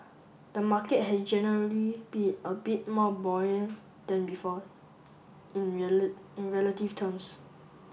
the market has generally been a bit more buoyant than before in in relative terms